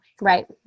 Right